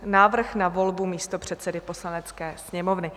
Návrh na volbu místopředsedy Poslanecké sněmovny